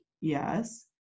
yes